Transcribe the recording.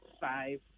five